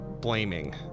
blaming